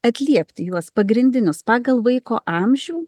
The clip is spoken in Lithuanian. atliepti juos pagrindinius pagal vaiko amžių